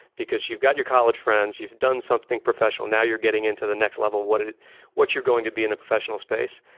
because you've got your college friends, you've done something professional. now you're getting into the next level, what ah what you're going to be in a professional space.